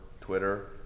Twitter